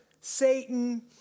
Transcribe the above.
Satan